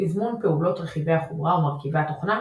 תזמון פעולות רכיבי החומרה ומרכיבי התוכנה.